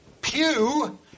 pew